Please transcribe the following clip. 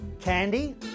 Candy